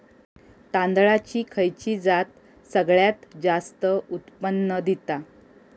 तांदळाची खयची जात सगळयात जास्त उत्पन्न दिता?